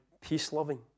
peace-loving